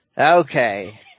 Okay